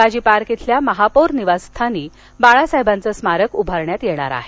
Shivaji Park येथील महापोर निवासस्थानी बाळासाहेबांचं स्मारक उभारण्यात येणार आहे